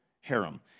harem